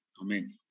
Amen